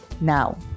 Now